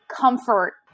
comfort